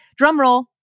drumroll